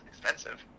expensive